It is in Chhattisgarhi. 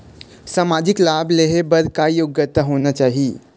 सामाजिक लाभ लेहे बर का योग्यता होना चाही?